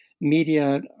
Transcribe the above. media